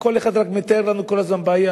וכל אחד רק מתאר לנו כל הזמן בעיה,